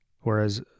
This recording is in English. Whereas